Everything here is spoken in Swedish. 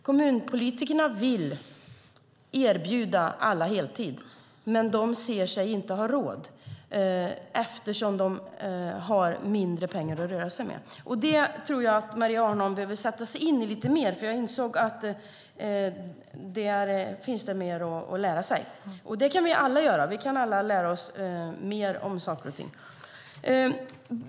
Kommunpolitikerna vill erbjuda alla heltid, men det anser sig inte ha råd eftersom de har mindre pengar att röra sig med. Jag tror att Maria Arnholm behöver sätta sig in i detta lite mer. Jag insåg att det finns mer att lära där. Det kan vi alla göra. Vi kan alla lära oss mer om saker och ting.